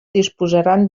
disposaran